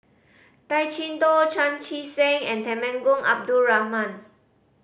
Tay Chee Toh Chan Chee Seng and Temenggong Abdul Rahman